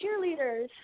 cheerleaders